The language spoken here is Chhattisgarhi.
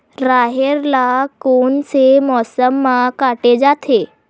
राहेर ल कोन से मौसम म काटे जाथे?